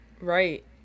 Right